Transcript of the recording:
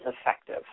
effective